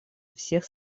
всех